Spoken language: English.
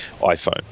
iPhone